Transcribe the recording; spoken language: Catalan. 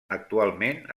actualment